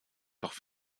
doch